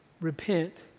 Repent